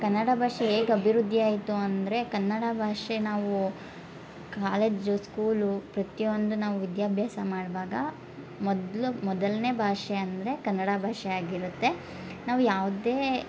ಕನ್ನಡ ಭಾಷೆ ಹೇಗ್ ಅಭಿವೃದ್ಧಿ ಆಯಿತು ಅಂದರೆ ಕನ್ನಡ ಭಾಷೆ ನಾವು ಕಾಲೇಜು ಸ್ಕೂಲು ಪ್ರತಿಯೊಂದು ನಾವು ವಿದ್ಯಾಭ್ಯಾಸ ಮಾಡುವಾಗ ಮೊದ್ಲು ಮೊದಲನೇ ಭಾಷೆ ಅಂದರೆ ಕನ್ನಡ ಭಾಷೆ ಆಗಿರುತ್ತೆ ನಾವು ಯಾವುದೇ